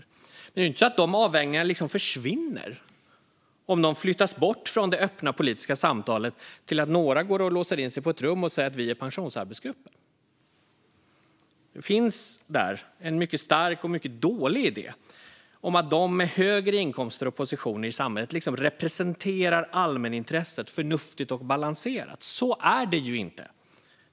Men det är ju inte så att de avvägningarna försvinner om de flyttas bort från det öppna politiska samtalet till att några går och låser in sig på ett rum och säger: Vi är Pensionsarbetsgruppen. Det finns en mycket stark och en mycket dålig idé om att de med högre inkomster och positioner i samhället liksom representerar allmänintresset på ett förnuftigt och balanserat sätt. Så är det inte.